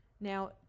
Now